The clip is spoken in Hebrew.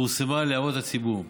פורסמה להערות הציבור.